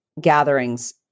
gatherings